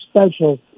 special